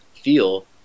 feel